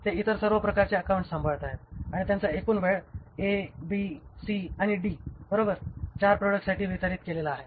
ते इतर सर्व प्रकारचे अकाउंट्स सांभाळत आहेत आणि त्यांचा एकूण वेळ A B C आणि D बरोबर 4 प्रॉडक्ट्ससाठी वितरित केलेला आहे